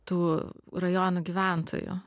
tų rajonų gyventojų